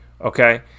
Okay